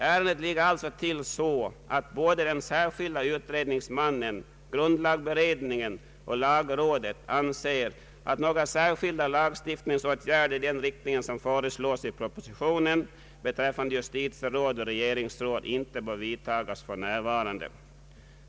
Ärendet ligger alltså till så att den särskilda utredningsmannen, grundlagberedningen och lagrådet anser att några särskilda lagstiftningsåtgärder i den riktning som föreslås i propositionen beträffande justitieråd och regeringsråd icke bör vidtagas för närvarande.